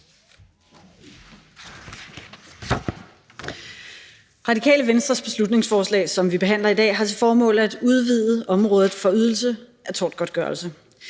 Radikale Venstres beslutningsforslag, som vi behandler i dag, har til formål at udvide området for ydelse af tortgodtgørelse.